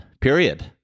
Period